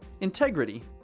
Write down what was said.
Integrity